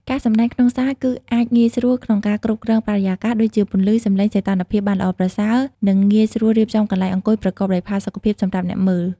ការសម្តែងក្នុងសាលគឺអាចងាយស្រួលក្នុងការគ្រប់គ្រងបរិយាកាស ដូចជាពន្លឺ សម្លេង សីតុណ្ហភាព បានល្អប្រសើរ និងងាយស្រួលរៀបចំកន្លែងអង្គុយប្រកបដោយផាសុកភាពសម្រាប់អ្នកមើល។